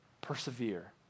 Persevere